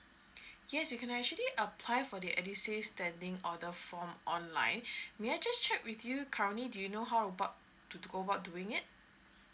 yes you can actually apply for the edusave standing order form online may I just check with you currently do you know how about to go about doing it